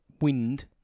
wind